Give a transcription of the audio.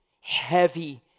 heavy